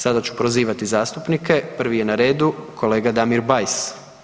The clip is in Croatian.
Sada ću prozivati zastupnike, prvi je na redu kolega Damir Bajs.